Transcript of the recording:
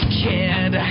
kid